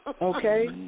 Okay